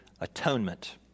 atonement